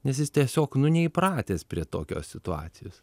nes jis tiesiog nu neįpratęs prie tokios situacijos